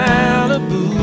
Malibu